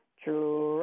true